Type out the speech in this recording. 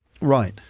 Right